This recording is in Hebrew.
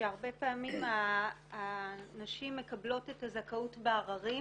שהרבה פעמים הנשים מקבלות את הזכאות בעררים,